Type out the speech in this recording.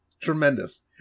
tremendous